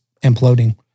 imploding